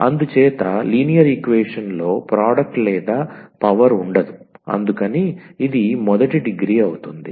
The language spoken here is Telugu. అందుచేత లీనియర్ ఈక్వేషన్ లో ప్రోడక్ట్ లేదా పవర్ ఉండదు అందుకని ఇది మొదటి డిగ్రీ అవుతుంది